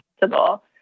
possible